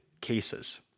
cases